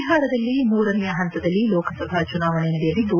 ಬಿಹಾರದಲ್ಲಿ ಮೂರನೇಯ ಪಂತದಲ್ಲಿ ಲೋಕಸಭಾ ಚುನಾವಣೆ ನಡೆಯಲಿದ್ದು